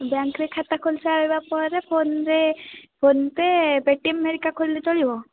ବ୍ୟାଙ୍କରେ ଖାତା ଖୋଲି ସାରିବା ପରେ ଫୋନରେ ଫୋନ ପେ ପେଟିଏମ ଧରିକା ଖୋଲିଲେ ଚଳିବ